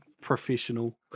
professional